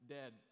Dead